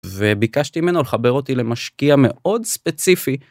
וביקשתי ממנו לחבר אותי למשקיע מאוד ספציפי.